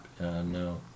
No